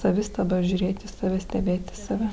savistaba žiūrėt į save stebėti save